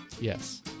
Yes